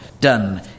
done